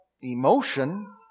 emotion